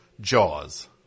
Jaws